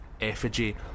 effigy